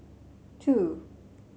two